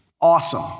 awesome